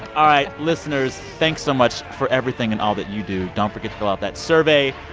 all right. listeners, thanks so much for everything and all that you do. don't forget to fill out that survey.